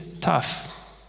tough